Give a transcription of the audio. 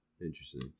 Interesting